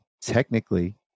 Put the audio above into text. technically